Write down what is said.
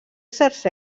certs